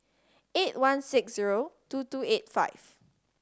eight one six zero two two eight five